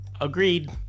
agreed